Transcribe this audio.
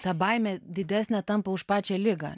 ta baimė didesnė tampa už pačią ligą